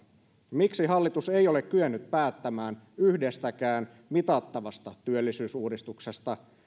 miksi hallitus ei ole kyennyt päättämään yhdestäkään mitattavasta työllisyysuudistuksesta